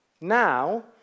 Now